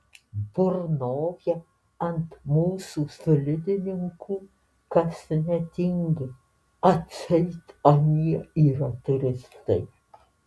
burnoja ant mūsų slidininkų kas netingi atseit anie yra turistai